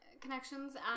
connections